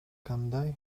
кандай